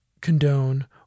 condone